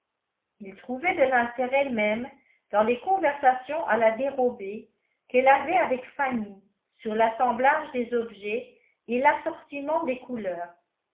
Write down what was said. il trouvait de l'intérêt même dans les conversations à la dérobée qu'elle avait avec fanny sur l'assemblage des objets et l'assortiment des couleurs